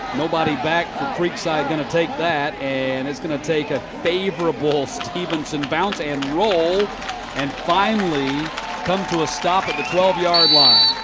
nobody back from creekside going to take that. and it's going to take a favorable stephenson bounce and roll and finally come to a stop at the twelve yard line.